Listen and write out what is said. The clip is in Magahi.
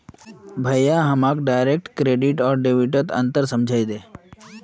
भाया हमाक डायरेक्ट क्रेडिट आर डेबिटत अंतर समझइ दे